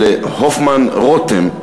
של הופמן-רותם,